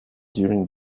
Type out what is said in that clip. during